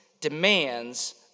demands